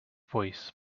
voice